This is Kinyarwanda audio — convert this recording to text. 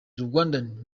rwandan